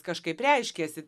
kažkaip reiškėsi